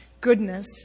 goodness